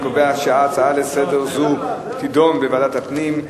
לכן אני קובע שהצעה זו לסדר-היום תידון בוועדת הפנים.